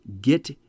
Get